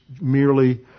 merely